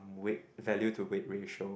weight value to weight ratio